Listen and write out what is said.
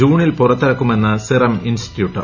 ജൂണിൽ പുറത്തിറക്കുമെന്ന് serum institute